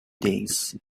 days